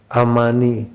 amani